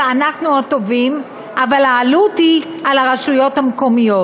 אנחנו הטובים אבל העלות היא על הרשויות המקומיות?